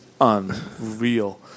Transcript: unreal